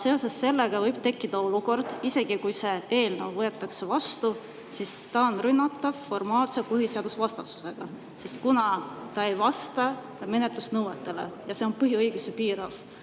Seoses sellega võib tekkida olukord, et isegi kui see eelnõu võetakse vastu, on see rünnatav formaalse põhiseadusvastasuse [alusel], kuna selle [menetlus] ei vasta menetlusnõuetele ja see on põhiõigusi piirav